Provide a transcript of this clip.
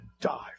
die